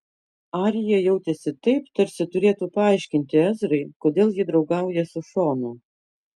arija jautėsi taip tarsi turėtų paaiškinti ezrai kodėl ji draugauja su šonu